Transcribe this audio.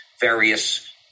Various